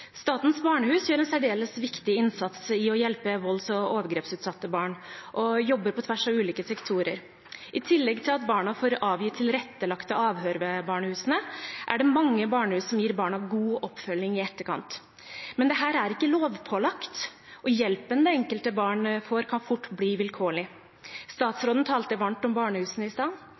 Statens Barnehus gjør en særdeles viktig innsats for å hjelpe volds- og overgrepsutsatte barn og jobber på tvers av ulike sektorer. I tillegg til at barna får avgi tilrettelagte avhør ved barnehusene, er det mange barnehus som gir barna god oppfølging i etterkant. Men dette er ikke lovpålagt, og hjelpen det enkelte barn får, kan fort bli vilkårlig. Statsråden talte varmt om barnehusene i stad.